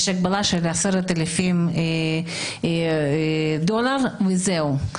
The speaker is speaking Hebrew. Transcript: יש הגבלה של -10,000 דולר וזהו.